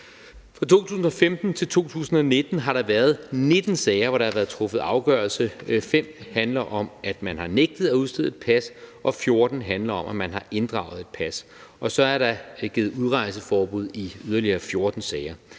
Fra 2015 til 2019 har der været 19 sager, hvor der er blevet truffet afgørelse, hvoraf 5 handler om, at man har nægtet at udstede et pas, og 14 handler om, at man har inddraget et pas, og så er der givet udrejseforbud i yderligere 14 sager.